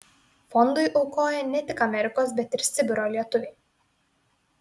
fondui aukoja ne tik amerikos bet ir sibiro lietuviai